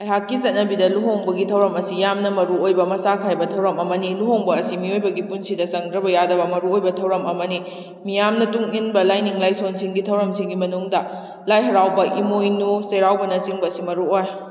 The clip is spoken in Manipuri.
ꯑꯩꯍꯥꯛꯀꯤ ꯆꯠꯅꯕꯤꯗ ꯂꯨꯍꯣꯡꯕꯒꯤ ꯊꯧꯔꯝ ꯑꯁꯤ ꯌꯥꯝꯅ ꯃꯔꯨ ꯑꯣꯏꯕ ꯃꯆꯥ ꯈꯥꯏꯕ ꯊꯧꯔꯝ ꯑꯃꯅꯤ ꯂꯨꯍꯣꯡꯕ ꯑꯁꯤ ꯃꯤꯑꯣꯏꯕꯒꯤ ꯄꯨꯟꯁꯤꯗ ꯆꯪꯗ꯭ꯔꯕ ꯌꯥꯗꯕ ꯃꯔꯨ ꯑꯣꯏꯕ ꯊꯧꯔꯝ ꯑꯃꯅꯤ ꯃꯤꯌꯥꯝꯅ ꯇꯨꯡ ꯏꯟꯕ ꯂꯥꯏꯅꯤꯡ ꯂꯥꯏꯁꯣꯟꯁꯤꯡꯒꯤ ꯊꯧꯔꯝꯁꯤꯡꯒꯤ ꯃꯅꯨꯡꯗ ꯂꯥꯏ ꯍꯔꯥꯎꯕ ꯏꯃꯣꯏꯅꯨ ꯆꯩꯔꯥꯎꯕꯅ ꯆꯤꯡꯕꯁꯤ ꯃꯔꯨ ꯑꯣꯏ